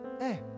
hey